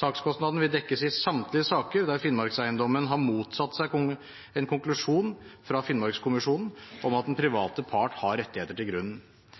Sakskostnadene vil dekkes i samtlige saker der Finnmarkseiendommen har motsatt seg en konklusjon fra Finnmarkskommisjonen om at den private part har rettigheter til